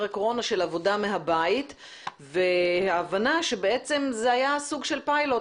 הקורונה של עבודה מהבית וההבנה שזה היה סוג של פיילוט,